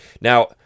Now